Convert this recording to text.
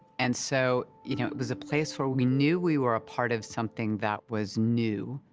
and so, you know, it was a place where we knew we were a part of something that was new,